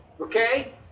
okay